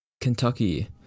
Kentucky